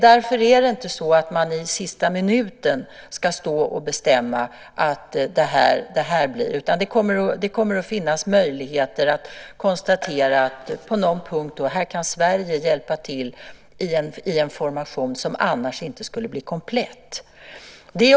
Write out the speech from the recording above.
Därför är det inte så att man i sista minuten ska stå och bestämma hur det blir, utan det kommer att finnas möjligheter att på någon punkt konstatera att här kan Sverige hjälpa till i en formation som annars inte skulle bli komplett.